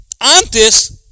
antes